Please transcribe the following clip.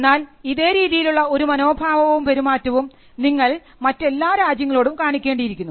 എന്നാൽ ഇതേ രീതിയിലുള്ള ഒരു മനോഭാവവും പെരുമാറ്റവും നിങ്ങൾ മറ്റെല്ലാ രാജ്യങ്ങളോടും കാണിക്കേണ്ടിയിരിക്കുന്നു